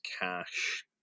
cash